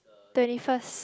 twenty first